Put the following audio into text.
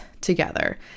together